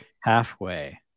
halfway